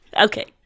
Okay